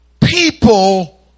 people